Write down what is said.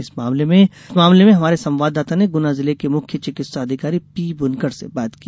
इस मामले में हमारे संवादाता गुना जिले के मुख्य चिकित्सा अधिकारी पीबुनकर से बात की